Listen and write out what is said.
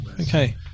Okay